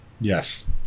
Yes